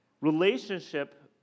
relationship